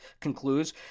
concludes